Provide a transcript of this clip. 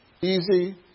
easy